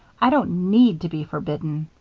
i don't need to be forbidden.